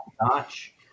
notch